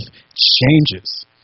changes